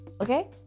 okay